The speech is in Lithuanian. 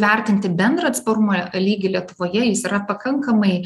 vertinti bendrą atsparumo lygį lietuvoje jis yra pakankamai